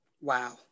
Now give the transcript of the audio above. wow